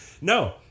No